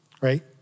right